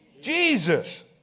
Jesus